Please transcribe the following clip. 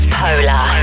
polar